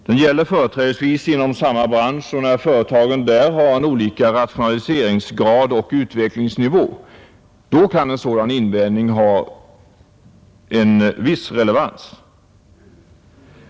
Den gäller företrädesvis inom samma bransch. När företagen där har olika rationaliseringsgrad och utvecklingsnivå kan en sådan invändning ha en viss relevans.